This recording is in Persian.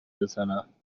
بزنم